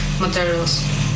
materials